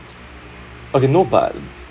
okay no but